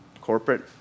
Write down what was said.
corporate